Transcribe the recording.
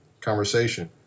conversation